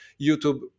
YouTube